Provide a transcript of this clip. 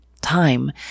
time